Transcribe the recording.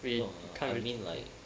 we kind of